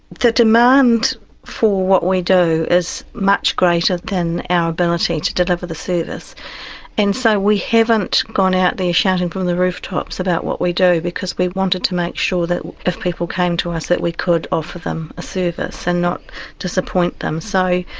the demand for what we do is much greater than our ability to deliver the service, and so we haven't gone out there shouting from the rooftops about what we do because we wanted to make sure that if people came to us that we could offer them a service and not disappoint them. so